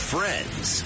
Friends